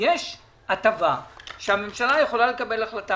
יש הטבה שהממשלה יכולה לקבל לגביה החלטה.